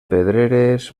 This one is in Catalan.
pedreres